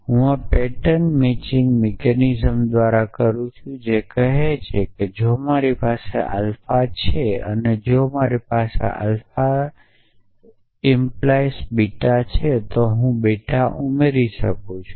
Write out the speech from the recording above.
હું આ pattern matching mechanism દ્વારા કરું છું જે કહે છે કે જો મારી પાસે આલ્ફા છે અને જો મારી પાસે આલ્ફા 🡪 બીટા છે તો હું બીટા ઉમેરી શકું છું